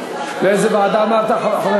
לאיזו ועדה אמרת?